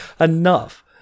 enough